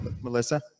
Melissa